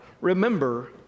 Remember